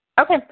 Okay